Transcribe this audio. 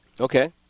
Okay